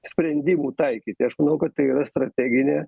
sprendimų taikyti aš manau kad tai yra strateginė